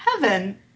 heaven